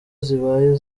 zibaye